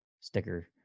sticker